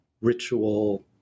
ritual